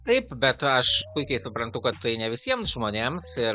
taip bet aš puikiai suprantu kad tai ne visiems žmonėms ir